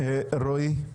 רועי,